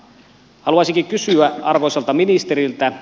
haluaisinkin kysyä arvoisalta ministeriltä